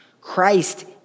Christ